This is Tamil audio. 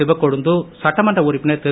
சிவக்கொழுந்து சட்டமன்ற உறுப்பினர் திரு